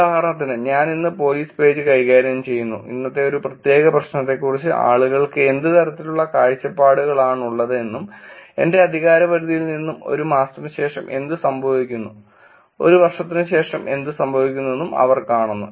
ഉദാഹരണത്തിന് ഞാൻ ഇന്ന് പോലീസ് പേജ് കൈകാര്യം ചെയ്യുന്നു ഇന്നത്തെ ഒരു പ്രത്യേക പ്രശ്നത്തെക്കുറിച്ച് ആളുകൾക്ക് എന്ത് തരത്തിലുള്ള കാഴ്ചപ്പാടുകളാണുള്ളതെന്നും എന്റെ അധികാരപരിധിയിൽനിന്നും ഒരു മാസത്തിനു ശേഷം എന്ത് സംഭവിക്കുന്നു ഒരു വർഷത്തിനുശേഷം എന്ത് സംഭവിക്കുന്നുവെന്നും അവർ കാണുന്നു